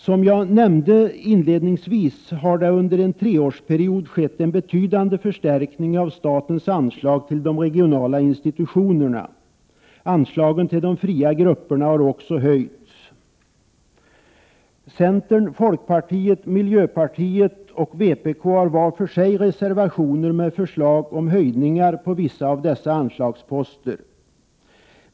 Som jag nämnde inledningsvis har under en treårsperiod en betydande förstärkning av statens anslag till de regionala institutionerna skett. Anslagen till de fria grupperna har också höjts. Centern, folkpartiet, miljöpartiet och vpk har var för sig reservationer med förslag om höjningar av vissa av dessa anslagsposter.